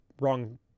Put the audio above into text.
wrong